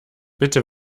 bitte